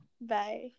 Bye